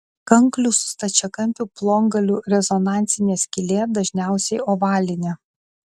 kanklių su stačiakampiu plongaliu rezonansinė skylė dažniausiai ovalinė